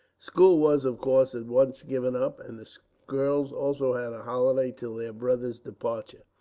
school was, of course, at once given up, and the girls also had a holiday till their brother's departure.